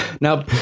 now